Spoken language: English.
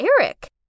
Eric